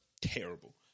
Terrible